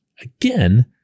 again